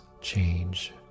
change